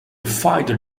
fighter